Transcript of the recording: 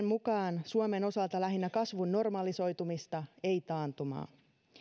mukaan suomen osalta lähinnä kasvun normalisoitumista ei taantumaa